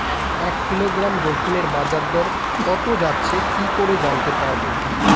এক কিলোগ্রাম রসুনের বাজার দর কত যাচ্ছে কি করে জানতে পারবো?